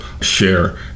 share